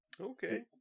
Okay